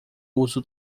uso